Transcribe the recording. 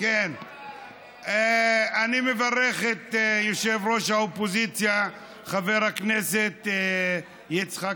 אני מברך את יושב-ראש האופוזיציה חבר הכנסת יצחק